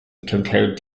compared